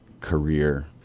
career